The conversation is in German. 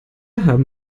haben